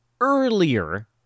earlier